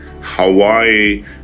Hawaii